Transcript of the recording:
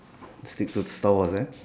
stick to star wars eh